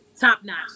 top-notch